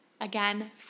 Again